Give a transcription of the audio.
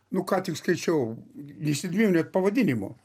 nu ką tik skaičiau jis ir dviejų net pavadinimų